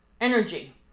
energy